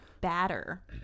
batter